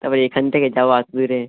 তারপরে এখান থেকে যাওয়া অত দূরে